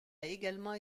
également